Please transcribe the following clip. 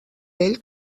bell